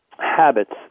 habits